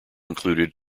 included